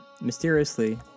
mysteriously